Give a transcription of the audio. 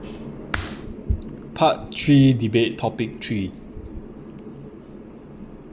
part three debate topic three